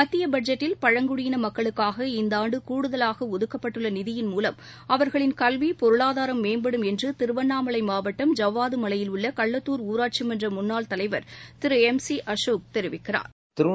மத்தியபட்ஜெட்டில் பழங்குடியினமக்களுக்காக இந்தாண்டுகூடுதலாகஒதுக்கப்பட்டுள்ளநிதியின் மூலம் அவர்களின் கல்வி பொருளாதாரம் மேம்படும் என்றுதிருவண்ணாமலைமாவட்டம் ஜவ்வாதுமலையில் உள்ளகள்ளத்தூர் ஊராட்சிமன்றமுன்னாள் தலைவா் திருளம் சிஅசோக் தெரிவித்துள்ளாா்